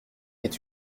est